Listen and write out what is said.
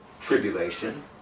Tribulation